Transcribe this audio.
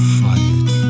fight